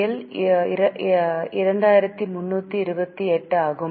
L 2328 ஆகும்